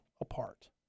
apart